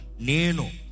neno